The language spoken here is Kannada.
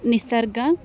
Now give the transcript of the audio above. ನಿಸರ್ಗ